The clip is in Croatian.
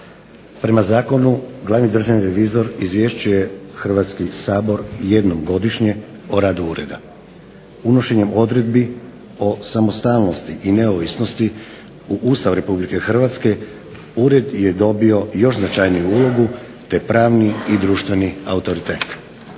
Prema zakonu glavni državni revizor izvješćuje Hrvatski sabor jednom godišnje o radu Ureda. Unošenjem odredbi o samostalnosti i neovisnosti u Ustav Republike Hrvatske Ured je dobio još značajniju ulogu te pravni i društveni autoritet.